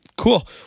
Cool